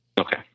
Okay